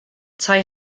tai